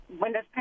windows